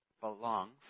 belongs